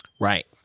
right